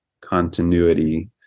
continuity